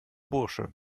bursche